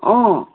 অঁ